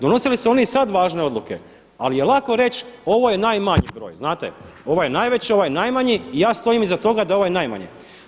Donosili su oni i sada važne odluke ali je lako reći ovo je najmanji broj, znate, ovo je najveći, ovaj je najmanji i ja stojim iza toga da je ovaj najmanji.